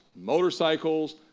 motorcycles